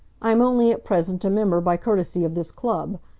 i am only at present a member by courtesy of this club,